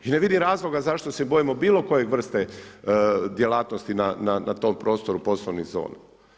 I ne vidim razloga zašto se bojimo bilo koje vrste djelatnosti na tom prostoru poslovnih zona.